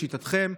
לשיטתכם,